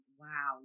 Wow